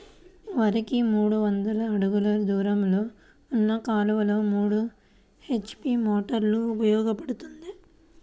వరికి మూడు వందల అడుగులు దూరంలో ఉన్న కాలువలో మూడు హెచ్.పీ మోటార్ ఉపయోగపడుతుందా?